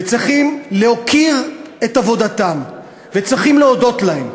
צריכים להוקיר את עבודתם וצריכים להודות להם.